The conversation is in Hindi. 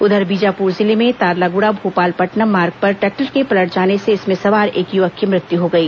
उधर बीजापुर जिले में तारलागुड़ा भोपालपट्टनम मार्ग पर ट्रैक्टर के पलट जाने से इसमें सवार एक युवक की मृत्यु हो गई